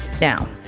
Now